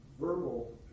Verbal